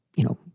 you know,